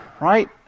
right